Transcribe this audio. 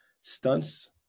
stunts